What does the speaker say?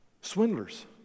Swindlers